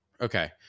Okay